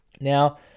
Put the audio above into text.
Now